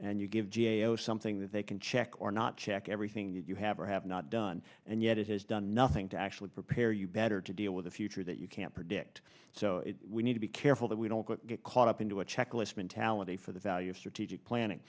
and you give g a o something that they can check or not check everything that you have or have not done and yet it has done nothing to actually prepare you better to deal with a future that you can't predict so we need to be careful that we don't get caught up into a checklist mentality for the value of strategic planning